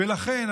ולכן,